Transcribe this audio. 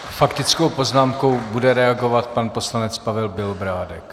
S faktickou poznámkou bude reagovat pan poslanec Pavel Bělobrádek.